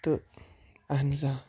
تہٕ اہن حظ آ